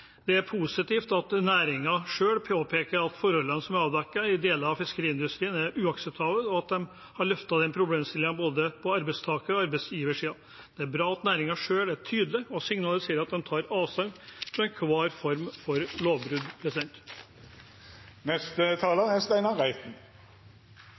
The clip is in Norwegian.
Det er positivt at næringen selv påpeker at forholdene som er avdekket i deler av fiskeriindustrien, er uakseptable, og at de har løftet fram den problemstillingen på både arbeidstaker- og arbeidsgiversiden. Det er bra at næringen selv er tydelig og signaliserer at de tar avstand fra enhver form for lovbrudd.